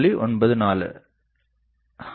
7549